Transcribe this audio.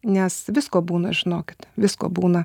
nes visko būna žinokit visko būna